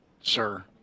sir